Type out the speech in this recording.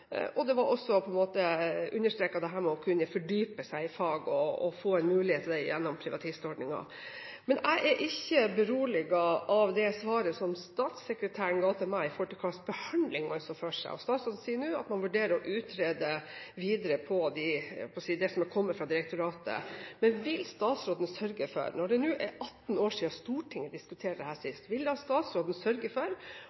Og dette med å kunne fordype seg i fag ble også understreket, at man skulle få en mulighet til det gjennom privatistordningen. Men jeg er ikke beroliget over det svaret som statssekretæren ga til meg om hva slags behandling man så for seg. Statsråden sier nå at man vurderer å utrede videre det som har kommet fra direktoratet, men når det nå er 18 år siden Stortinget diskuterte dette sist: Vil statsråden nå sørge for